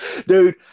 Dude